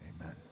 amen